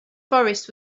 forest